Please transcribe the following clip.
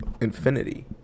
infinity